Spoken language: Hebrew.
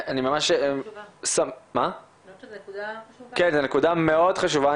זו נקודה מאוד חשובה.